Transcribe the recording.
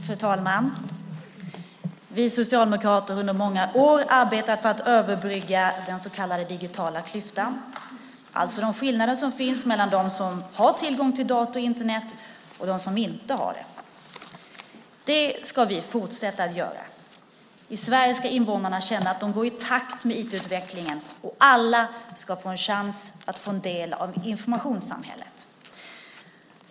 Fru talman! Vi socialdemokrater har under många år arbetat för att överbrygga den så kallade digitala klyftan, alltså de skillnader som finns mellan dem som har tillgång till dator och Internet och dem som inte har det. Det ska vi fortsätta att göra. I Sverige ska invånarna känna att de går i takt med IT-utvecklingen, och alla ska få en chans att få del av informationssamhället.